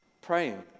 praying